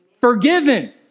forgiven